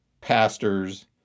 pastors